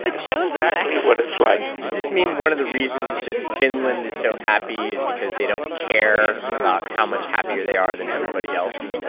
so exactly what it's like so does this mean one of the reasons that finland is so happy is because they don't care about how much happier they are than everybody else?